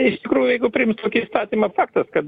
iš tikrųjų jeigu priims tokį įstatymą faktas kad